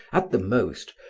at the most,